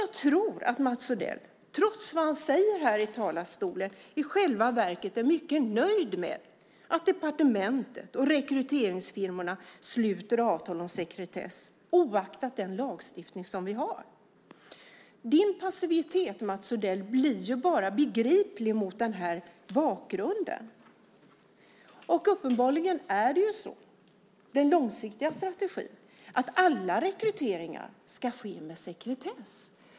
Jag tror nämligen att Mats Odell trots vad han säger här i talarstolen i själva verket är mycket nöjd med att departementet och rekryteringsfirmorna sluter avtal om sekretess oaktat den lagstiftning vi har. Din passivitet, Mats Odell, blir begriplig bara mot den bakgrunden. Uppenbarligen är den långsiktiga strategin att alla rekryteringar ska ske med sekretess.